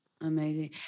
amazing